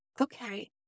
okay